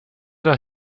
doch